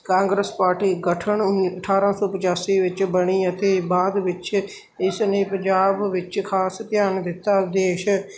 Congress party ਗਠਨ ਉਨ ਅਠਾਰਾਂ ਸੌ ਪੱਚਾਸੀ ਵਿੱਚ ਬਣੀ ਅਤੇ ਬਾਅਦ ਵਿੱਚ ਇਸ ਨੇ ਪੰਜਾਬ ਵਿੱਚ ਖ਼ਾਸ ਧਿਆਨ ਦਿੱਤਾ ਉਦੇਸ਼